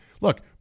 Look